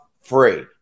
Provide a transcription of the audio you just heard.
free